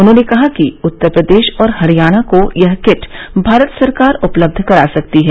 उन्होंने कहा कि उत्तर प्रदेश और हरियाणा को यह किट भारत सरकार उपलब्ध करा सकती है